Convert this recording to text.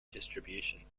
distribution